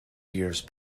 years